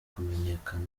kumenyekana